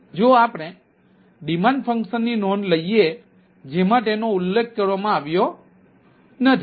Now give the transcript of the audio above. જો આપણે ડિમાન્ડ ફંક્શનની નોંધ લઈએ જેમાં તેનો ઉલ્લેખ કરવામાં આવ્યો નથી